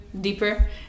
deeper